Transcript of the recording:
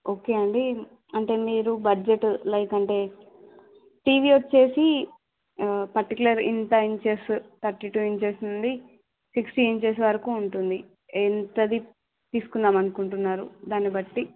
okay అండి అంటే మీరు బడ్జెట్ లైక్ అంటే టీవీ వచ్చేసి పర్టికులర్ ఇంత ఇంచెస్ తర్టీ టూ ఇంచెస్ ఉంది సిక్స్టీ ఇంచెస్ వరకు ఉంటుంది ఎంతది తీసుకుందాం అనుకుంటున్నారు దాన్నిబట్టి